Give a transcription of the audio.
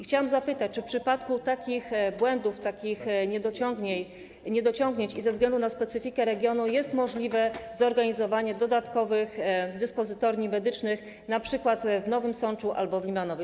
Chciałam zapytać, czy w przypadku takich błędów, takich niedociągnięć i ze względu na specyfikę regionu jest możliwe zorganizowanie dodatkowych dyspozytorni medycznych np. w Nowym Sączu albo w Limanowej.